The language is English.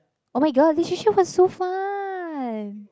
oh-my-god literature was so fun